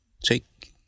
take